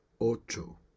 Ocho